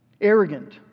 arrogant